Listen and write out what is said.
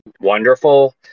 wonderful